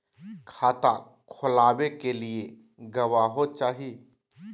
खाता खोलाबे के लिए गवाहों चाही?